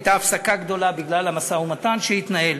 הייתה הפסקה גדולה בגלל המשא-ומתן שהתנהל,